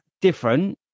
different